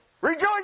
Rejoice